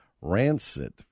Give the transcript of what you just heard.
rancid